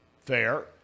Fair